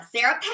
Sarah